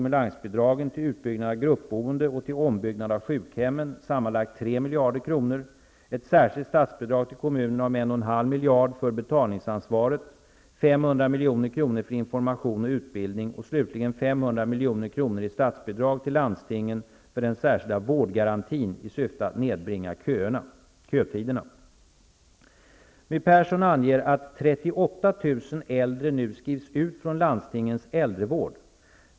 miljarder kronor, ett särskilt statsbidrag till kommunerna om 1.5 miljarder kronor för betalningsansvaret, 500 milj.kr. för information och utbildning och slutligen 500 milj.kr. i statsbidrag till landstingen för den särskilda vårdgarantin i syfte att nedbringa kötiderna. My Persson anger att 38 000 äldre nu skrivs ut från landstingens äldrevård.